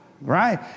Right